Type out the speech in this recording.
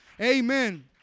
Amen